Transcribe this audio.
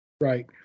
Right